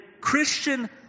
Christian